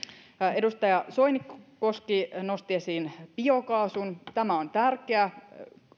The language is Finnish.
edustaja soinikoski nosti esiin biokaasun tämä on tärkeä